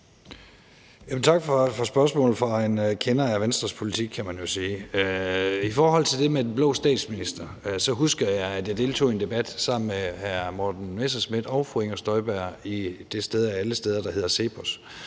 Tak for spørgsmålet fra en kender af Venstres politik, kan man jo sige. I forhold til det med den blå statsminister husker jeg, at jeg deltog i en debat sammen med hr. Morten Messerschmidt og fru Inger Støjberg på det sted – af alle steder – der hedder CEPOS.